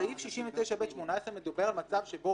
סעיף 69ב18 מדבר על מצב שבו